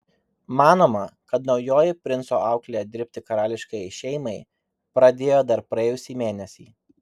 manoma kad naujoji princo auklė dirbti karališkajai šeimai pradėjo dar praėjusį mėnesį